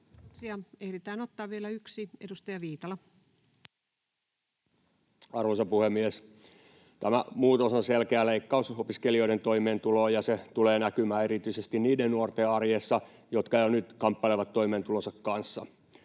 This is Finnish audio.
muuttamisesta Time: 16:10 Content: Arvoisa puhemies! Tämä muutos on selkeä leikkaus opiskelijoiden toimeentuloon, ja se tulee näkymään erityisesti niiden nuorten arjessa, jotka jo nyt kamppailevat toimeentulonsa kanssa.